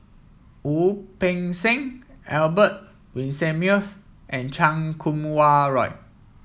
Wu Peng Seng Albert Winsemius and Chan Kum Wah Roy